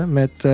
met